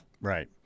Right